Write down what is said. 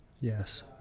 Yes